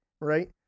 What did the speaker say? right